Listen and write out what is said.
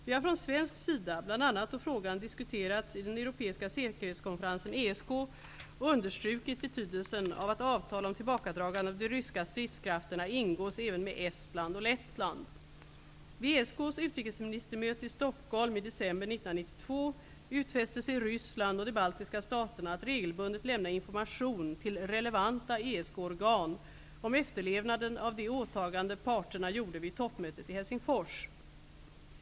Vi har från svensk sida, bl.a. då frågan diskuterats i den europeiska säkerhetskonferensen understrukit betydelsen av att avtal om tillbakadragande av de ryska stridskrafterna ingås även med Estland och Lettland. Vid EKS:s utrikesministermöte i Stockholm i december 1992 utfäste sig Ryssland och de baltiska staterna att regelbundet lämna information till ''relevanta ESK-organ'' om efterlevnaden av de åtaganden parterna gjorde vid toppmötet i Helsingfors.